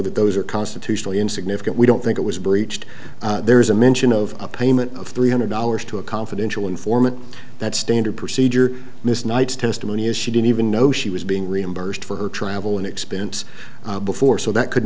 that those are constitutionally insignificant we don't think it was breached there is a mention of a payment of three hundred dollars to a confidential informant that's standard procedure miss nights testimony as she didn't even know she was being reimbursed for her travel and expense before so that could